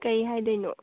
ꯀꯔꯤ ꯍꯥꯏꯗꯣꯏꯅꯣ